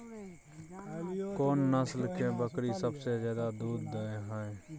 कोन नस्ल के बकरी सबसे ज्यादा दूध दय हय?